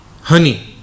Honey